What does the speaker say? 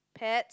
pets